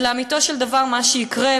אז לאמיתו של דבר מה שיקרה,